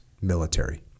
military